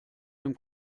dem